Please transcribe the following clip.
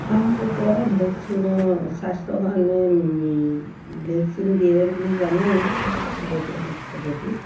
হাঁহ কুকুৰা ভেকচিনৰ স্বাস্থ্যৰ কাৰণে ভেকচিন দিয়ে বুলি জানো বৈজ্ঞানিক পদ্ধতিত